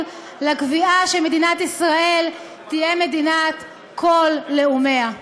לקביעה שמדינת ישראל תהיה מדינת כל לאומיה.